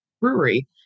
brewery